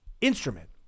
instrument